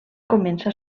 comença